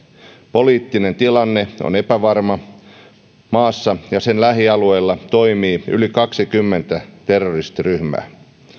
poliittinen tilanne on epävarma maassa ja sen lähialueilla toimii yli kaksikymmentä terroristiryhmää